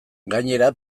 gainera